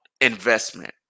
investment